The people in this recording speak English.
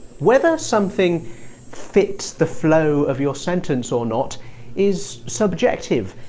whether something fits the flow of your sentence or not is subjective.